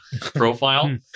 profile